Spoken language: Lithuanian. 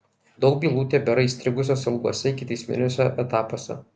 daug bylų tebėra įstrigusios ilguose ikiteisminiuose etapuose